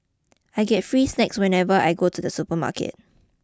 I get free snacks whenever I go to the supermarket